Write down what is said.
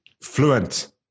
fluent